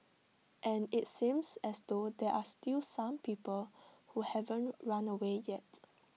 and IT seems as though there are still some people who haven't run away yet